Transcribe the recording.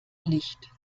licht